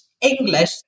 English